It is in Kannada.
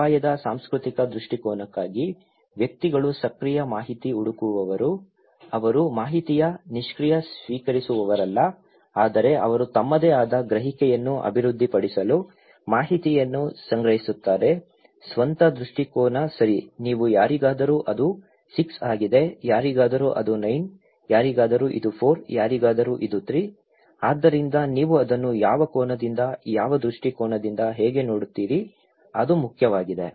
ಅಪಾಯದ ಸಾಂಸ್ಕೃತಿಕ ದೃಷ್ಟಿಕೋನಕ್ಕಾಗಿ ವ್ಯಕ್ತಿಗಳು ಸಕ್ರಿಯ ಮಾಹಿತಿ ಹುಡುಕುವವರು ಅವರು ಮಾಹಿತಿಯ ನಿಷ್ಕ್ರಿಯ ಸ್ವೀಕರಿಸುವವರಲ್ಲ ಆದರೆ ಅವರು ತಮ್ಮದೇ ಆದ ಗ್ರಹಿಕೆಯನ್ನು ಅಭಿವೃದ್ಧಿಪಡಿಸಲು ಮಾಹಿತಿಯನ್ನು ಸಂಗ್ರಹಿಸುತ್ತಾರೆ ಸ್ವಂತ ದೃಷ್ಟಿಕೋನ ಸರಿ ನೀವು ಯಾರಿಗಾದರೂ ಅದು 6 ಆಗಿದೆ ಯಾರಿಗಾದರೂ ಅದು 9 ಯಾರಿಗಾದರೂ ಇದು 4 ಯಾರಿಗಾದರೂ ಇದು 3 ಆದ್ದರಿಂದ ನೀವು ಅದನ್ನು ಯಾವ ಕೋನದಿಂದ ಯಾವ ದೃಷ್ಟಿಕೋನದಿಂದ ಹೇಗೆ ನೋಡುತ್ತೀರಿ ಅದು ಮುಖ್ಯವಾಗಿದೆ